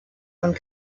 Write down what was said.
und